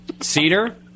Cedar